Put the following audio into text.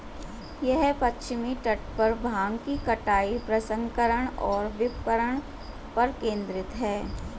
यह पश्चिमी तट पर भांग की कटाई, प्रसंस्करण और विपणन पर केंद्रित है